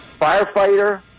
firefighter